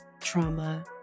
trauma